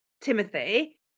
Timothy